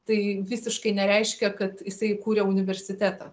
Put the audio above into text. tai visiškai nereiškia kad jisai įkūrė universitetą